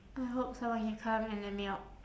I hope someone can come and let me out